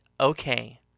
okay